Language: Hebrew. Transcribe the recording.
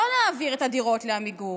לא להעביר את הדירות לעמיגור.